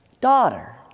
daughter